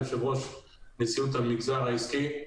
נשיאות המגזר העסקי,